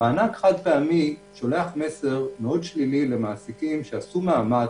מענק חד-פעמי שולח מסר מאוד שלילי למעסיקים שעשו מאמץ,